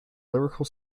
lyrical